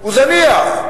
הוא זניח.